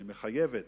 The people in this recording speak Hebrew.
שמחייבת